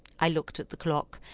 i looked at the clock,